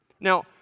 Now